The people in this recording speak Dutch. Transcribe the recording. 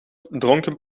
dronken